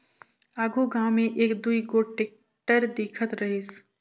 आघु गाँव मे एक दुई गोट टेक्टर दिखत रहिस